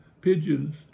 pigeons